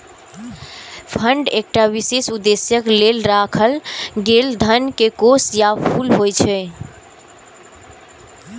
fund एकटा विशेष उद्देश्यक लेल राखल गेल धन के कोष या पुल होइ छै